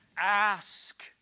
Ask